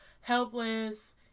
helpless